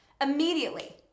immediately